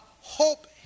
Hope